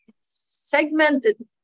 segmented